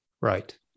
Right